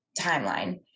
timeline